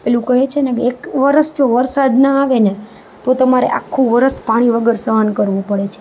પેલું કહે છે ને એક વરસ જો વરસાદ ના આવેને તો તમારે આખું વર્ષ પાણી વગર સહન કરવું પડે છે